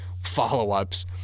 follow-ups